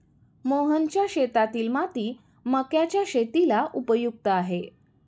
मोहनच्या शेतातील माती मक्याच्या शेतीला उपयुक्त आहे